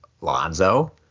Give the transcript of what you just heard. Lonzo